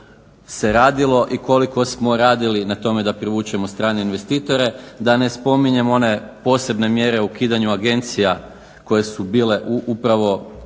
se radilo i koliko smo radili na tome da privučemo strane investitore, da ne spominjem one posebne mjere o ukidanju agencija koje su bile upravo